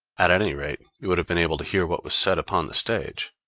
at any rate you would have been able to hear what was said upon the stage.